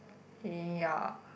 eh ya